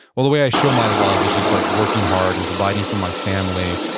well, the way i show my love is just like working hard and providing for my family.